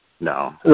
No